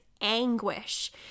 anguish